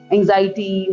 Anxiety